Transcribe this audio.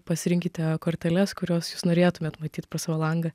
pasirinkite korteles kurios jūs norėtumėt matyt pro savo langą